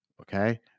Okay